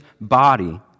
body